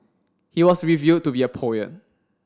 he was revealed to be a poet